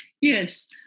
Yes